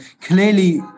clearly